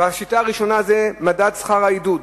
והשיטה הראשונה היא מדד שכר העידוד,